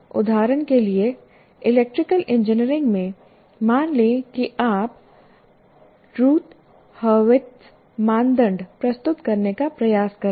उदाहरण के लिए इलेक्ट्रिकल इंजीनियरिंग में मान लें कि आप रॉथ हर्विट्ज़ मानदंड प्रस्तुत करने का प्रयास कर रहे हैं